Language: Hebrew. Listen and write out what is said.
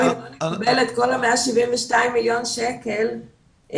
בסמגרת כל ה-172 מיליון שקלים,